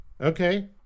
Okay